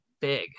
big